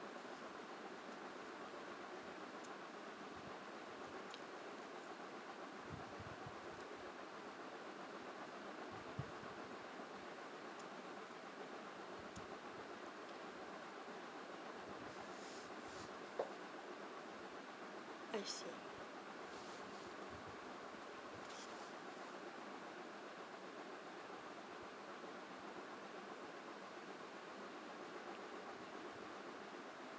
I see